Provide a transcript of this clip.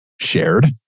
shared